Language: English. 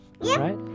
Right